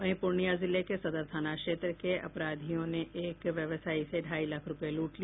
वहीं पूर्णियां जिले के सदर थाना क्षेत्र से अपराधियों ने एक व्यवसायी से ढाई लाख रुपये लूट लिए